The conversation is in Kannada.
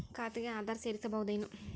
ಖಾತೆಗೆ ಆಧಾರ್ ಸೇರಿಸಬಹುದೇನೂ?